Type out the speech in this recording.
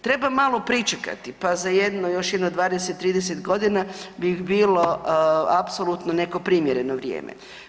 Treba malo pričekati pa za jedno još jedno 20, 30 godina bi bilo apsolutno neko primjereno vrijeme.